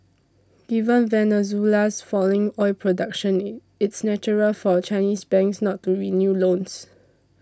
given Venezuela's falling oil production it's natural for Chinese banks not to renew loans